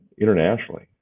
internationally